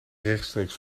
rechtstreeks